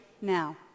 now